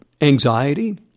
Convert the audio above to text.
anxiety